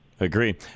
agree